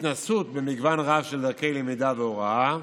התנסות במגוון רב של דרכי למידה והוראה,